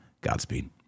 Godspeed